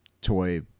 toy